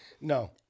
No